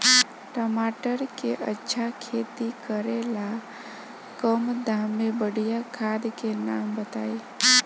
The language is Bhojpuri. टमाटर के अच्छा खेती करेला कम दाम मे बढ़िया खाद के नाम बताई?